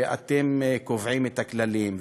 שאתם קובעים את הכללים,